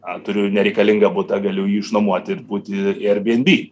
ar turiu nereikalingą butą galiu jį išnuomoti ir būti ier byenby